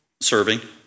Serving